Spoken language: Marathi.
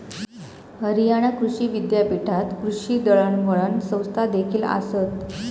हरियाणा कृषी विद्यापीठात कृषी दळणवळण संस्थादेखील आसत